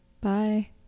Bye